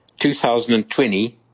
2020